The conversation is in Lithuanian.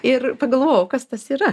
ir pagalvojau kas tas yra